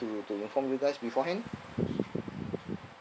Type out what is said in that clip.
to to inform you guys beforehand